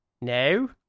No